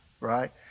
right